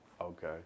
Okay